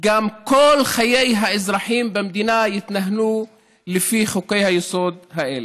כל חיי האזרחים במדינה יתנהלו לפי חוקי-היסוד האלה.